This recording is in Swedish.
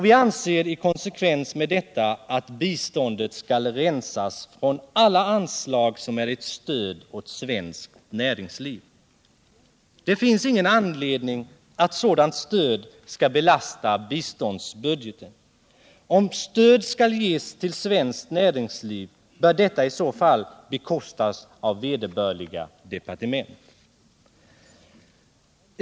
Vi anser i konsekvens med detta att biståndet skall rensas från alla anslag som är ett stöd åt svenskt näringsliv. Det finns ingen anledning att sådant stöd skall belasta biståndsbudgeten. Om stöd skall ges till svenskt näringsliv bör detta i så fall bekostas av vederbörande departement.